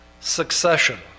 succession